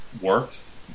works